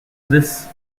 this